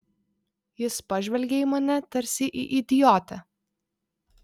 jis pažvelgė į mane tarsi į idiotę